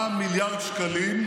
אנחנו מוסיפים לחינוך 24 מיליארד שקלים,